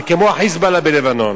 זה כמו ה"חיזבאללה" בלבנון.